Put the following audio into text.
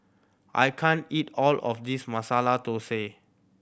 I can't eat all of this Masala Dosa